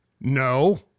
No